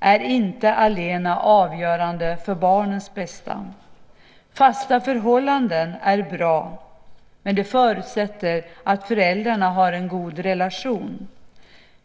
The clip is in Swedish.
är inte allena avgörande för barnens bästa. Fasta förhållanden är bra, men de förutsätter att föräldrarna har en god relation.